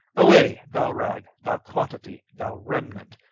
away! thou rag, thou quantity, thou remnant,